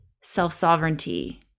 self-sovereignty